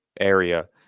area